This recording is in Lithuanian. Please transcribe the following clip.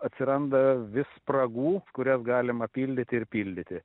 atsiranda vis spragų kurias galima pildyti ir pildyti